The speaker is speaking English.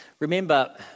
Remember